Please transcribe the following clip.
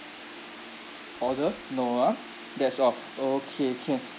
order no ah that's all okay can